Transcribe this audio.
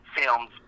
films